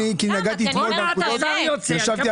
עוד מעט השר יוצא.